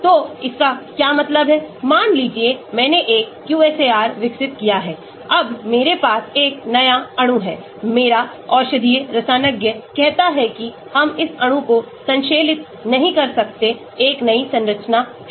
तो इसका क्या मतलब है मान लीजिए मैंने एक QSAR विकसित किया है अब मेरे पास एक नया अणु है मेरा औषधीय रसायनज्ञ कहता है कि हम इस अणु को संश्लेषित नहीं कर सकते एक नई संरचना है